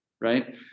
right